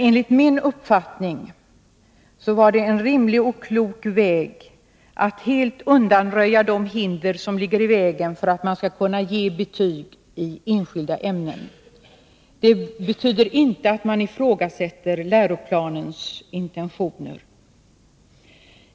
Enligt min uppfattning var det en rimlig och klok väg att helt undanröja de hinder som ligger i vägen för att man skall kunna ge betyg i enskilda ämnen. Det betyder inte att man ifrågasätter läroplanens intentioner.